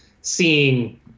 seeing –